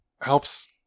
helps